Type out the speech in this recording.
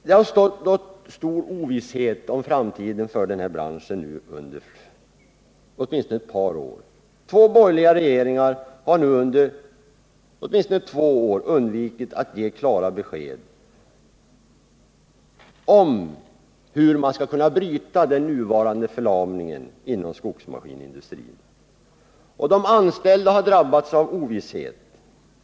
Det har rått stor ovisshet om den här branschens framtid under åtminstone ett par år. Två borgerliga regeringar har under åtminstone två år undvikit att ge klart besked om hur man skall kunna bryta den nuvarande förlamningen inom skogsmaskinsindustrin. De anställda har drabbats av ovisshet.